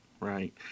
right